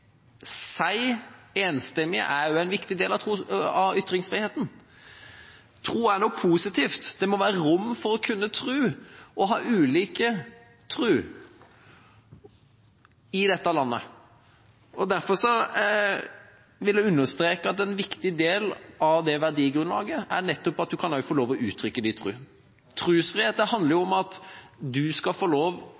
er en viktig del av ytringsfriheten. Tro er noe positivt. Det må være rom for å kunne tro og ha ulik tro i dette landet. Derfor vil jeg understreke at en viktig del av det verdigrunnlaget er nettopp at en kan få lov til å uttrykke sin tro. Trosfrihet handler jo om at en skal få lov